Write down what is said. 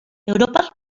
europar